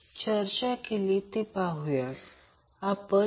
तर हे उदाहरण आहे